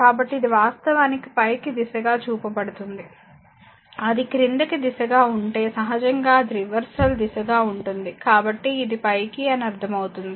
కాబట్టి ఇది వాస్తవానికి పైకి దిశగా చూపబడుతుంది అది క్రిందికి దిశగా ఉంటే సహజంగా అది రివర్సల్ దిశగా ఉంటుంది కాబట్టి ఇది పైకి అని అర్థం అవుతుంది